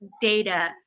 data